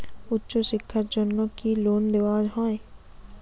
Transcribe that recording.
উচ্চশিক্ষার জন্য কি লোন দেওয়া হয়?